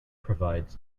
provides